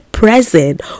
Present